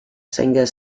singer